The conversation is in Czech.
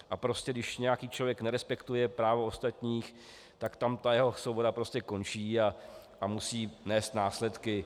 A prostě když nějaký člověk nerespektuje právo ostatních, tak tam ta jeho svoboda prostě končí a musí nést následky.